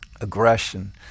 aggression